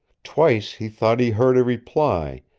twice he thought he heard a reply,